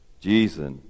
Jesus